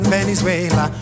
Venezuela